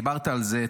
דיברת על זה,